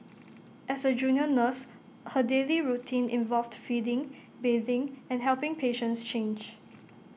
as A junior nurse her daily routine involved feeding bathing and helping patients change